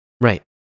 Right